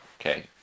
Okay